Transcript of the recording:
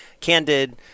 Candid